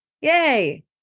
Yay